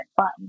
fun